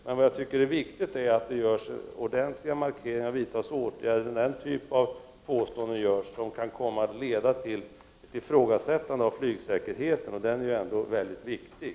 Men vad jag tycker är viktigt är att det görs ordentliga markeringar och vidtas åtgärder när det görs påståenden som kan komma att leda till ifrågasättande av flygsäkerheten. Denna är ju ändå väldigt viktig.